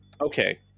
Okay